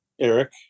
Eric